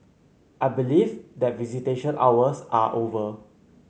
I believe that visitation hours are over